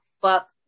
fuck